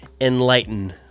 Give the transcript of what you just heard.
enlighten